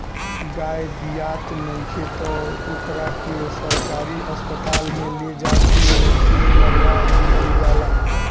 गाय बियात नइखे त ओकरा के सरकारी अस्पताल में ले जा के सुई लगवा दीहल जाला